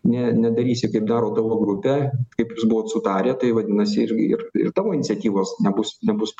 nedarysi kaip daro tavo grupė kaip jūs buvot sutarę tai vadinasi ir tavo iniciatyvos nebus palaikytos tai čia